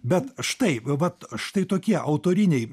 bet štai vat štai tokie autoriniai